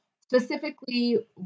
specifically